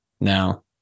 now